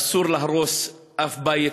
אסור להרוס שום בית,